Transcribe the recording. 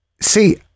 See